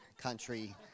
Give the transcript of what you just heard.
country